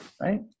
right